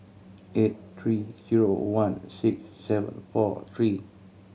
eight three zero one six seven four three